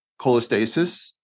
cholestasis